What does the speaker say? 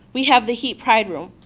we have the heat pride room,